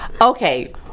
okay